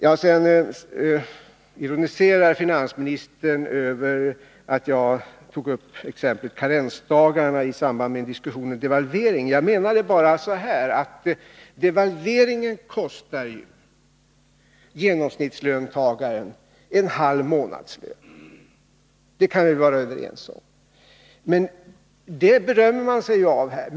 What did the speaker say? Finansministern ironiserade sedan över att jag tog upp exemplet karensdagarna i samband med diskussionen om devalvering. Vad jag menade var bara följande. Devalveringen kostar ju genomsnittslöntagaren en halv månadslön. Det kan vi väl vara överens om, för det berömmer man sig ju av här.